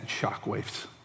shockwaves